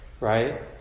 right